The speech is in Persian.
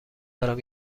دارم